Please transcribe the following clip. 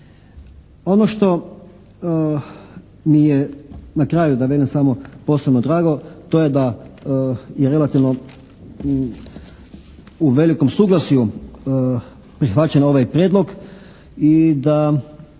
Ono što mi je na kraju da velim samo, posebno drago, to je da je relativno u velikom suglasju prihvaćen ovaj prijedlog i da